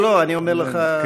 אני אומר לך,